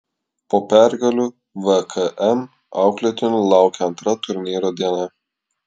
po pergalių vkm auklėtinių laukė antra turnyro diena